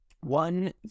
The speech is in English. one